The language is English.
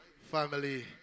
family